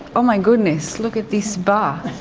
oh my goodness, look at this bath!